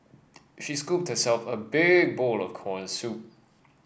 she scooped herself a big bowl of corn soup